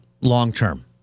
long-term